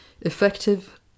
effective